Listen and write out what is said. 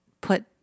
put